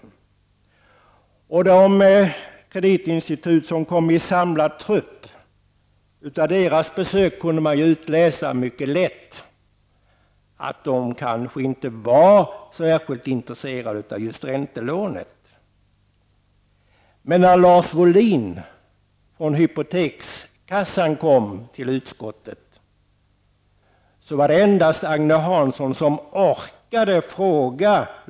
Av de kreditinstitutsbesök som gjordes i samlad trupp kunde man mycket lätt utläsa att de kanske inte var särskilt intresserade av just räntelånet. Men när Lars Wohlin från Stadshypotekskassan kom till utskottet var det endast Agne Hansson som orkade ställa någon fråga.